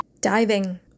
Diving